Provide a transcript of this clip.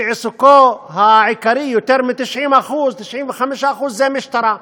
שעיסוקו העיקרי, יותר מ-90%, 95%, זה משטרה.